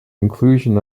inclusion